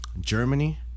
Germany